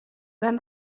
then